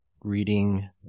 reading